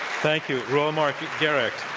thank you, reuel marc gerecht.